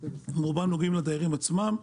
רובם נוגעים לדיירים עצמם.